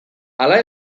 ala